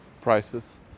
prices